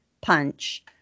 punch